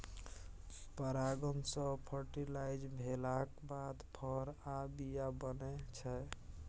परागण सँ फर्टिलाइज भेलाक बाद फर आ बीया बनै छै